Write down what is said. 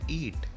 eat